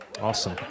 Awesome